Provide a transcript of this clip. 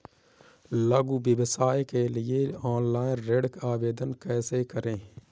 लघु व्यवसाय के लिए ऑनलाइन ऋण आवेदन कैसे करें?